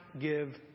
give